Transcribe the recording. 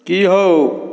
की हओ